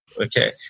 Okay